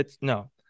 No